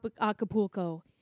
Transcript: Acapulco